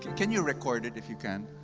can you record it if you can?